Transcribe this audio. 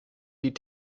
die